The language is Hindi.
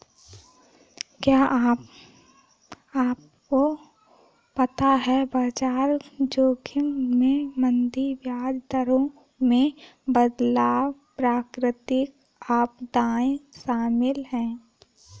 क्या आपको पता है बाजार जोखिम में मंदी, ब्याज दरों में बदलाव, प्राकृतिक आपदाएं शामिल हैं?